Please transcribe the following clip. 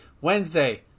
Wednesday